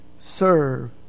serve